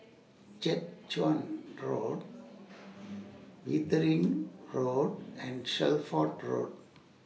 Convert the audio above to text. Jiak Chuan Road Wittering Road and Shelford Road